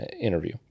interview